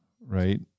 right